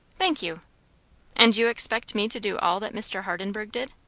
thank you and you expect me to do all that mr. hardenburgh did?